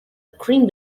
cream